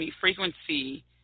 frequency